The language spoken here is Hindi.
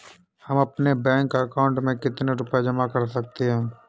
हम अपने बैंक अकाउंट में कितने रुपये जमा कर सकते हैं?